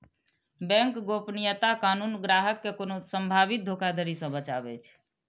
bank गोपनीयता कानून ग्राहक कें कोनो संभावित धोखाधड़ी सं बचाबै छै